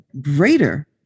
greater